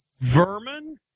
Vermin